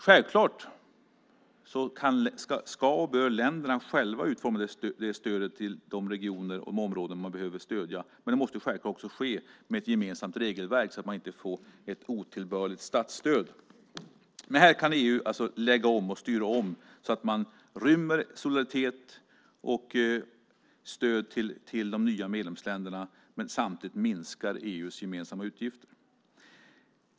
Självklart ska, och bör, länderna själva utforma det stöd som behövs till de regioner och områden de behöver stödja, men det måste självklart ske med hjälp av ett gemensamt regelverk så att det inte blir ett otillbörligt statsstöd. Här kan EU lägga om och styra om så att man inrymmer solidaritet och stöd till de nya medlemsländerna men samtidigt minskar EU:s gemensamma utgifter.